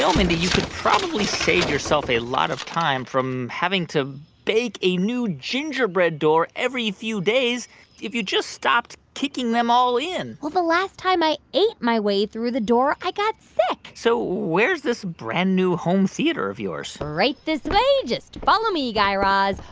mindy, you could probably save yourself a lot of time from having to bake a new gingerbread door every few days if you just stopped kicking them all in well, the last time i ate my way through the door, i got sick so where's this brand-new home theater of yours? right this way. just follow me, guy raz.